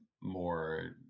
more